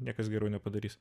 niekas geriau nepadarys